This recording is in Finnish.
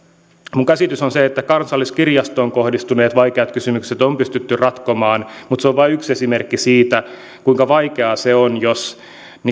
minun käsitykseni on se että kansalliskirjastoon kohdistuneet vaikeat kysymykset on pystytty ratkomaan mutta se on vain yksi esimerkki siitä kuinka vaikeaa se on jos